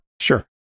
Sure